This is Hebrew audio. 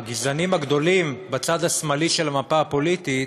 הגזענים הגדולים בצד השמאלי של המפה הפוליטית,